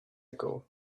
ago